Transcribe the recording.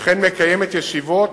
וכן מקיימת ישיבות